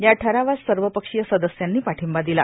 या ठरावास सवपक्षीय सदस्यांनी पार्पाठंबा दिला